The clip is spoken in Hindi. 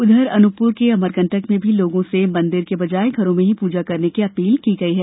उधर अनूपपुर जिले के अमरकटक में भी लोगों से मंदिर के बजाय घरों में ही पूजा करने की अपील की गई है